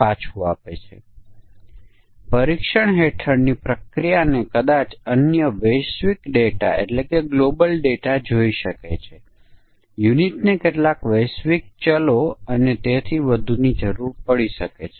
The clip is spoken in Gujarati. ચાલો આપણે માની લઈએ કે અહીં ફક્ત એક જ દૃશ્ય છે ચાલો આપણે કહીએ કે તે ફક્ત 1 થી 5000 વચ્ચે મૂલ્ય લે છે અને તે ઈવન કે ઓડ છે તે તપાસે છે